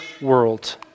world